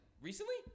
Recently